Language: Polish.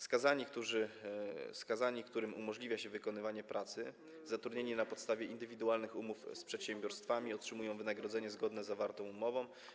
Skazani, którym umożliwia się wykonywanie pracy, zatrudnieni na podstawie indywidualnych umów z przedsiębiorstwami, otrzymują wynagrodzenie zgodne z zawartą umową.